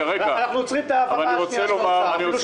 אנחנו עוצרים את ההעברה השנייה של משרד האוצר שנוגעת